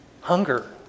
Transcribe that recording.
Hunger